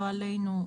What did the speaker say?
לא עלינו,